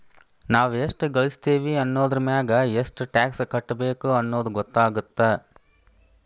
ನಾವ್ ಎಷ್ಟ ಗಳಸ್ತೇವಿ ಅನ್ನೋದರಮ್ಯಾಗ ಎಷ್ಟ್ ಟ್ಯಾಕ್ಸ್ ಕಟ್ಟಬೇಕ್ ಅನ್ನೊದ್ ಗೊತ್ತಾಗತ್ತ